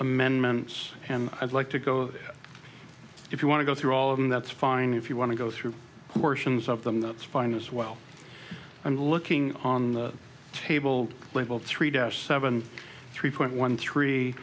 amendments and i'd like to go if you want to go through all of them that's fine if you want to go through the fortunes of them that's fine as well i'm looking on the table level three dash seven three point one three